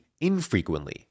infrequently